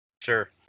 Sure